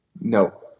No